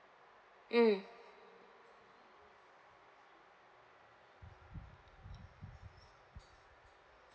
mm